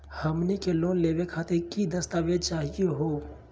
हमनी के लोन लेवे खातीर की की दस्तावेज चाहीयो हो?